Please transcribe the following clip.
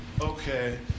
Okay